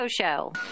Show